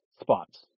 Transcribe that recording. spots